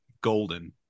golden